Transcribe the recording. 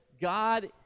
God